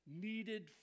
needed